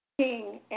King